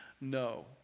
no